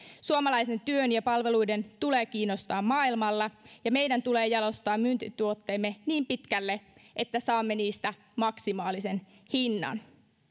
suomalaisen työn ja palveluiden tulee kiinnostaa maailmalla ja meidän tulee jalostaa myyntituotteemme niin pitkälle että saamme niistä maksimaalisen hinnan